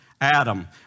Adam